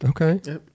Okay